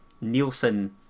Nielsen